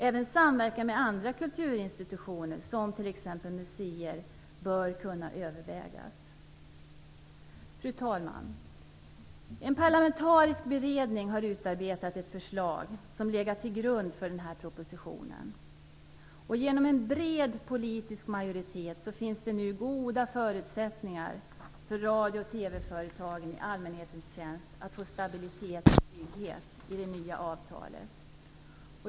Även samverkan med andra kulturinstitutioner som t.ex. museer bör kunna övervägas. Fru talman! En parlamentarisk beredning har utarbetat ett förslag som legat till grund för denna proposition. Genom en bred politisk majoritet finns det nu goda förutsättningar för radio och TV-företagen i allmänhetens tjänst att få stabilitet och trygghet i det nya avtalet.